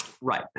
right